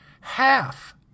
Half